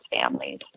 families